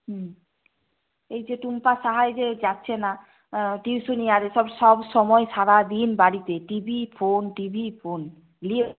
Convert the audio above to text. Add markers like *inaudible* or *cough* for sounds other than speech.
হুম এই যে টুম্পা সাহা এই যে যাচ্ছে না টিউশন *unintelligible* সব সবসময় সারা দিন বাড়িতে T V phone T V phone নিয়ে